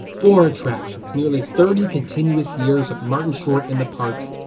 four attractions, nearly thirty continuous years of martin short in the parks,